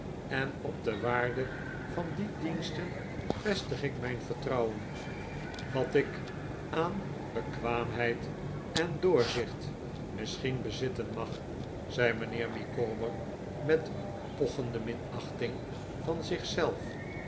en op de waarde van die diensten vestig ik mijn vertrouwen wat ik aan bekwaamheid en doorzicht misschien bezitten mag zei mijnheer micawber met pochende minachting van